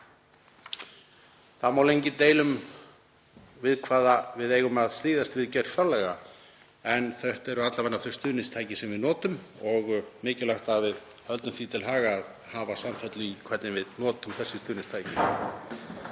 Það má lengi deila um við hvað við eigum að styðjast við við gerð fjárlaga en þetta eru alla vega þau stuðningstæki sem við notum og mikilvægt að við höldum því til haga að hafa samfellu í hvernig við notum þessi stuðningstæki.